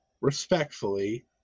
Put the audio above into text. respectfully